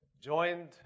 joined